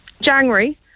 January